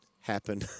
happen